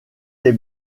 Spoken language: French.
les